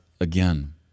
again